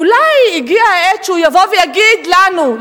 אולי הגיעה העת שהוא יבוא ויגיד לנו,